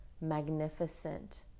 magnificent